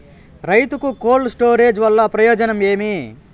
రైతుకు cold storage వల్ల ప్రయోజనం ఏమి?